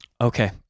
okay